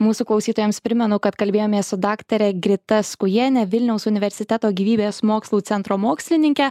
mūsų klausytojams primenu kad kalbėjomės su daktare grita skujiene vilniaus universiteto gyvybės mokslų centro mokslininke